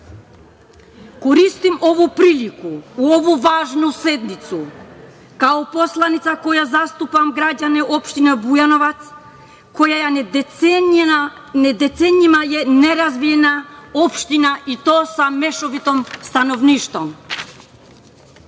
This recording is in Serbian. ovu priliku, na ovoj važnoj sednici, kao poslanica koja zastupa građane opštine Bujanovac, koja je decenijama nerazvijena opština i to sa mešovitim stanovništvom.